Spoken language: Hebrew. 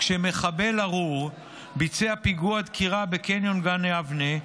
כשמחבל ארור ביצע פיגוע דקירה בקניון גן יבנה,